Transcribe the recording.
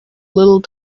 little